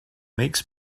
makes